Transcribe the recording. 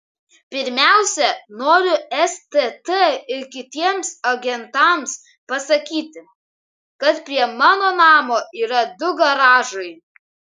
pirmiausia noriu stt ir kitiems agentams pasakyti kad prie mano namo yra du garažai